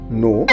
no